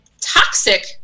toxic